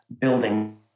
building